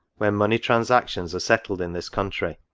when money transactions are settled in this country,